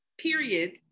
period